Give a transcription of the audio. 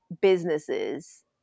businesses